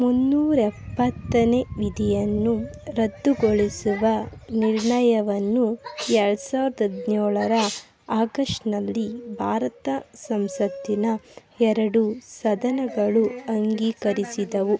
ಮುನ್ನೂರ ಎಪ್ಪತ್ತನೇ ವಿಧಿಯನ್ನು ರದ್ದುಗೊಳಿಸುವ ನಿರ್ಣಯವನ್ನು ಎರಡು ಸಾವಿರದ ಹದಿನೇಳರ ಆಗಸ್ಟ್ನಲ್ಲಿ ಭಾರತ ಸಂಸತ್ತಿನ ಎರಡು ಸದನಗಳು ಅಂಗೀಕರಿಸಿದವು